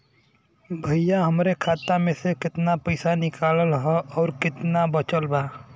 भईया हमरे खाता मे से कितना पइसा निकालल ह अउर कितना बचल बा?